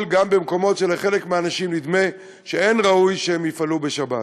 גם במקומות שלחלק מהאנשים נדמה שלא ראוי שהם יפעלו בשבת.